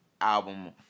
album